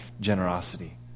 generosity